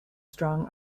strong